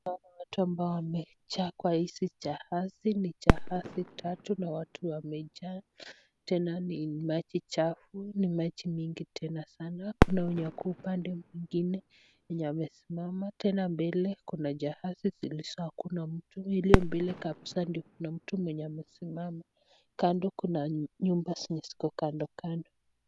Hawa ni watu ambao wamejaa kwa hizi jahazi, ni jahazi tatu na watu wamejaa tena ni maji chafu, ni maji mingi tena sana. Kuna wenye wako upande mwingine wenye wamesimama. Tena mbele kuna jahazi zilizo hakuna mtu iliyo mbele kabisa ndo kuna mtu mwenye amesimama. Kando kuna nyumba zenye ziko kando kando.